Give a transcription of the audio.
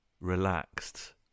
relaxed